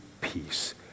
peace